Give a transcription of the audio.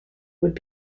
would